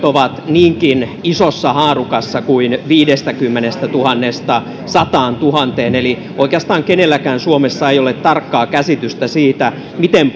ovat niinkin isossa haarukassa kuin viidestäkymmenestätuhannesta sataantuhanteen eli oikeastaan kenelläkään suomessa ei ole tarkkaa käsitystä siitä miten